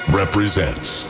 represents